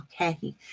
Okay